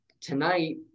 tonight